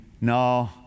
No